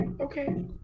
Okay